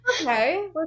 okay